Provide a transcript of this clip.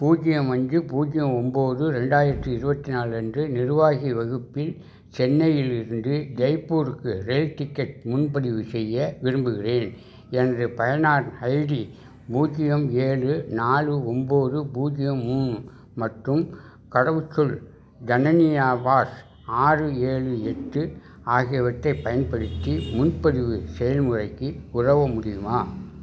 பூஜ்யம் அஞ்சு பூஜ்யம் ஒன்போது ரெண்டாயிரத்தி இருபத்து நாலு அன்று நிர்வாகி வகுப்பில் சென்னையிலிருந்து ஜெய்ப்பூருக்கு இரயில் டிக்கெட் முன்பதிவு செய்ய விரும்புகிறேன் எனது பயனர் ஐடி பூஜ்யம் ஏழு நாலு ஒன்போது பூஜ்யம் மூணு மற்றும் கடவுச்சொல் ஜனனியா பாஸ் ஆறு ஏழு எட்டு ஆகியவற்றைப் பயன்படுத்தி முன்பதிவு செயல்முறைக்கு உதவ முடியுமா